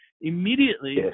Immediately